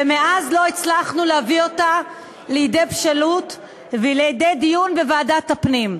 ומאז לא הצלחנו להביא אותה לידי בשלות ולידי דיון בוועדת הפנים.